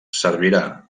servirà